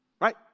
Right